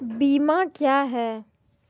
बीमा क्या हैं?